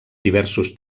diversos